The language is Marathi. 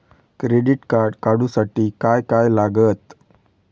क्रेडिट कार्ड काढूसाठी काय काय लागत?